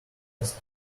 vest